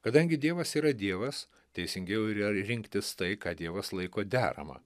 kadangi dievas yra dievas teisingiau yra rinktis tai ką dievas laiko derama